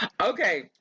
Okay